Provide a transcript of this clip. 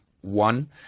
one